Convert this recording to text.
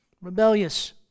Rebellious